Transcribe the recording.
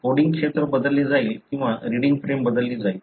coding क्षेत्र बदलले जाईल किंवा रिडींग फ्रेम बदलली जाईल